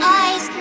eyes